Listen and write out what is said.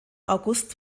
august